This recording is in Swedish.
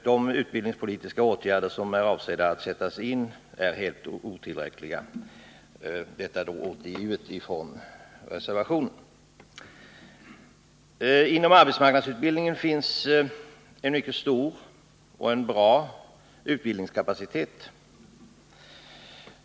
De utbildningspolitiska åtgärder som är avsedda att sättas i stället är helt otillräckliga.” Inom arbetsmarknadsutbildningen finns det en mycket stor och bra utbildningskapacitet.